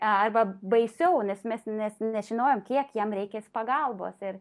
arba baisiau nes mes net nežinojome kiek jam reikės pagalbos ir